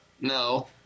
No